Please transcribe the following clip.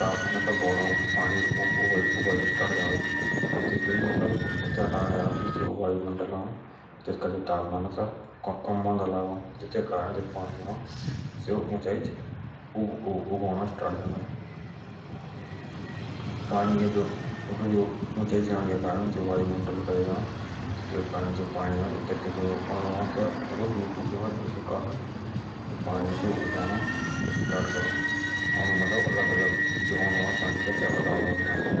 तामपान बढ़ो एथॉक का कारण ए जा अ जो वायुमंल का तामपान कम हाड़ा लागो जीतू के कारण पानी ऊंचाई ऊबअ शुरू जा आओ अ पानी के ऊंचाई जानो के बाद जो पानी के अणो दूर दूर जाओ अ जैतू के कारण पानी ऊब अ।